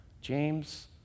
James